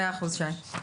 מאה אחוז, שי.